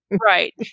Right